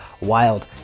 wild